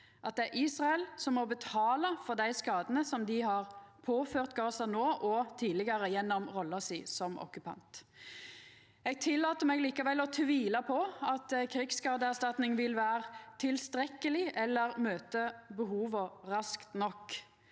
Det er Israel som må betala for dei skadane dei har påført Gaza no og tidlegare gjennom rolla som okkupant. Eg tillèt meg likevel å tvila på at krigsskadeerstatning vil vera tilstrekkeleg eller møta behova raskt nok,